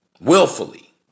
Willfully